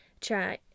try